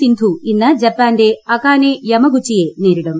സിന്ധു ഇന്ന് ജപ്പാന്റെ അകാനെ യമഗുച്ചിയെ നേരിടും